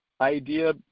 idea